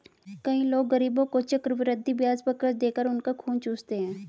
कई लोग गरीबों को चक्रवृद्धि ब्याज पर कर्ज देकर उनका खून चूसते हैं